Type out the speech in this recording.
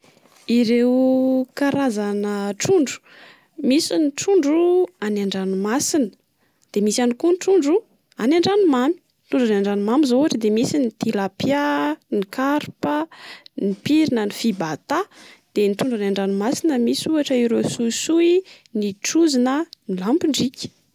Ireo karazana trondro: misy ny trondro any andranomasina, de misy iany koa ny trondro any andranomamy. Ny trondro any andranomamy zao ohatra de misy ny tilapia, ny karpa, ny pirina, ny fibata. De ny trondro any andranomasina misy ohatra ireo soisoy, ny trozona, ny lambondrika.